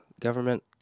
government